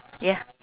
ya